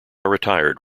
retired